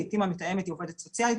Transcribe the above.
לעיתים המתאמת היא עובדת סוציאלית,